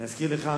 אני אזכיר לך,